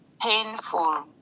painful